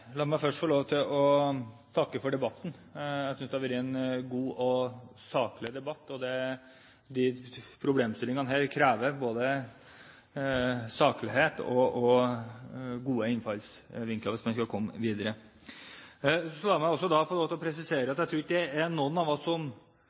La meg først få lov til å takke for debatten. Jeg synes det har vært en god og saklig debatt. Disse problemstillingene krever både saklighet og gode innfallsvinkler hvis man skal komme videre. La meg også få presisere at jeg tror ikke det er noen av oss som ønsker å